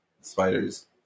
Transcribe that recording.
spiders